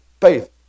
Faith